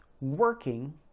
working